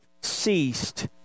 ceased